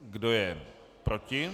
Kdo je proti?